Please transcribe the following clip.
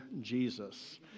jesus